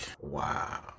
Wow